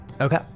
Okay